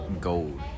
gold